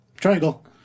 triangle